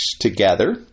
together